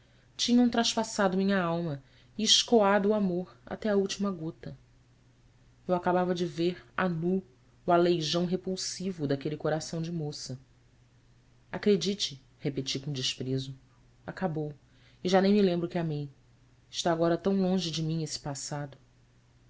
revelara tinham traspassado minha alma e escoado o amor até a última gota eu acabava de ver a nu o aleijão repulsivo daquele coração de moça credite repeti com desprezo cabou e já nem me lembro que amei está agora tão longe de mim esse passado